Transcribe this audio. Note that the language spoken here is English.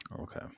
Okay